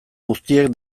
guztiek